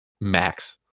Max